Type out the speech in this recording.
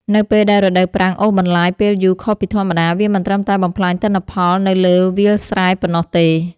នៅពេលដែលរដូវប្រាំងអូសបន្លាយពេលយូរខុសពីធម្មតា វាមិនត្រឹមតែបំផ្លាញទិន្នផលនៅលើវាលស្រែប៉ុណ្ណោះទេ។